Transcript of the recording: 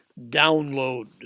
download